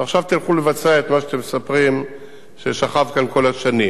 ועכשיו תלכו לבצע את מה שאתם מספרים ששכב כאן כל השנים.